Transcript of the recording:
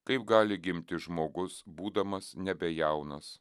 kaip gali gimti žmogus būdamas nebejaunas